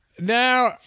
Now